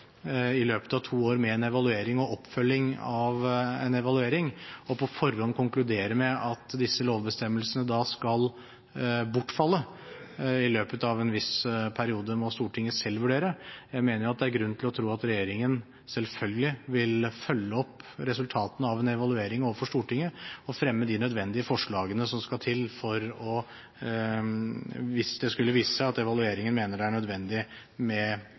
i løpet av to år med en evaluering og oppfølging av en evaluering, og på forhånd konkluderer med at disse lovbestemmelsene skal bortfalle i løpet av en viss periode – må Stortinget selv vurdere. Jeg mener at det er grunn til å tro at regjeringen selvfølgelig vil følge opp resultatene av en evaluering overfor Stortinget og fremme de nødvendige forslagene som skal til hvis evalueringen skulle vise at det er nødvendig med